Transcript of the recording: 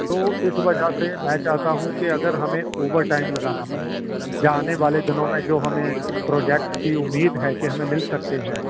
تو اس وجہ سے میں چاہتا ہوں کہ اگر ہمیں اوور ٹائم لگانا پڑے یا آنے والے دنوں میں جو ہمیں پروجیکٹس کی امید ہے کہ ہمیں مل سکتے ہیں